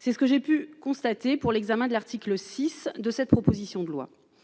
c'est ce que j'ai pu constater pour l'examen de l'article 6 de cette proposition de loi